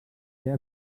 ser